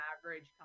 average